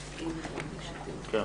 תודה.